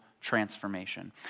transformation